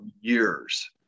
years